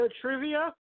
Trivia